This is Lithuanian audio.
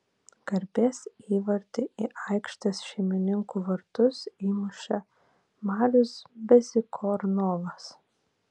garbės įvartį į aikštės šeimininkų vartus įmušė marius bezykornovas